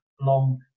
long